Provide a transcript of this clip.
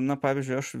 na pavyzdžiui aš